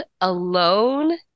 alone